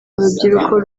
rubyiruko